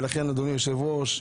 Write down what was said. לכן אדוני היושב ראש,